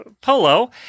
polo